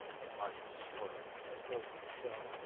the marshal snorted, as though to himself.